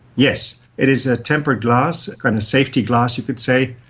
yes, it is a temperate glass, a kind of safety glass you could say.